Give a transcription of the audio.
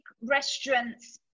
restaurants